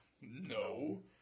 No